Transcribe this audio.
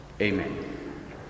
Amen